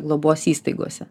globos įstaigose